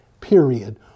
period